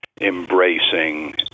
embracing